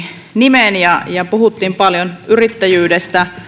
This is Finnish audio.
nimeeni ja ja puhuttiin paljon yrittäjyydestä